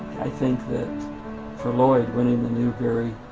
i think that for lloyd winning the newberry